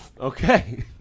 Okay